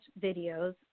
videos